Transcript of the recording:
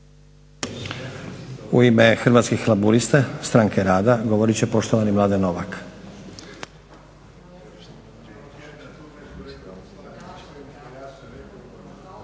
U ime Hrvatskih laburista- stranke rada govorit će poštovani Mladen Novak.